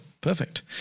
Perfect